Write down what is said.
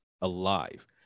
alive